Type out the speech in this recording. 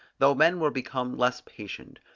though men were become less patient,